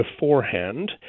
beforehand